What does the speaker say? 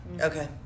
okay